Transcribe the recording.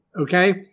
Okay